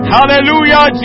Hallelujah